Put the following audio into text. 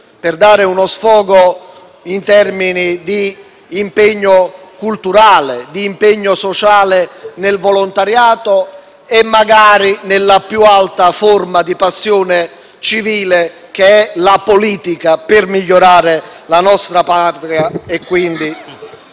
per dare uno sfogo in termini di impegno culturale, di impegno sociale nel volontariato e magari nella più alta forma di passione civile, che è la politica, per migliorare la nostra Patria e quindi